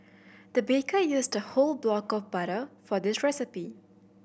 the baker used a whole block of butter for this recipe